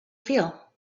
feel